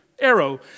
arrow